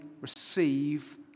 receive